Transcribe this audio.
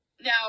now